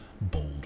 bold